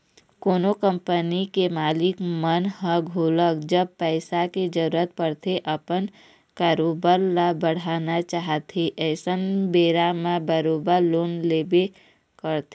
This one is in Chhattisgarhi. कोनो कंपनी के मालिक मन ह घलोक जब पइसा के जरुरत पड़थे अपन कारोबार ल बढ़ाना चाहथे अइसन बेरा म बरोबर लोन लेबे करथे